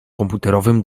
komputerowym